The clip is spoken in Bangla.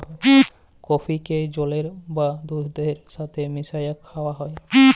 কফিকে জলের বা দুহুদের ছাথে মিশাঁয় খাউয়া হ্যয়